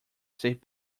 save